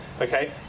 okay